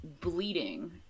bleeding